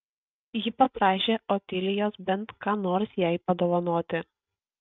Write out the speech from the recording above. ji paprašė otilijos bent ką nors jai padovanoti